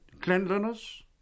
cleanliness